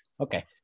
okay